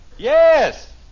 Yes